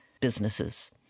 businesses